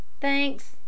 Thanks